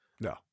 No